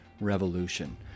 revolution